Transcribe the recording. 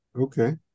Okay